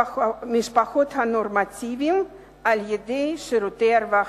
וממשפחות נורמטיביות על-ידי שירותי הרווחה.